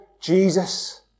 Jesus